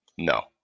No